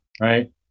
right